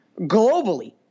globally